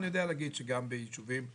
אני יודע להגיד, שגם ביישובים אחרים,